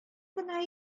гына